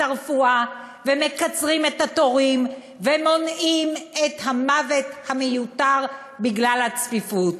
הרפואה ומקצרים את התורים ומונעים את המוות המיותר בגלל הצפיפות.